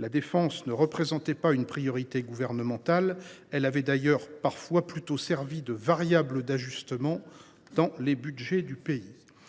la défense ne représentait pas une priorité gouvernementale. Elle avait d’ailleurs parfois plutôt servi de variable d’ajustement dans les budgets du pays.